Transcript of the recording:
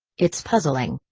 it's puzzling.